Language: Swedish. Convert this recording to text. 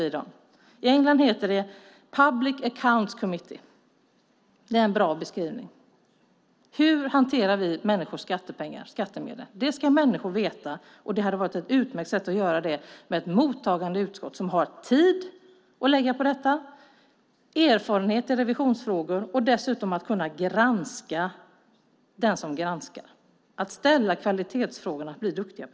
I England heter det Public Accounts Committee. Det är en bra beskrivning. Människor ska veta hur vi hanterar deras skattemedel, och det hade varit utmärkt att göra det med ett mottagande utskott som har tid att lägga på detta, erfarenhet i revisionsfrågor och som dessutom kan granska den som granskar och ställa kvalitetsfrågor.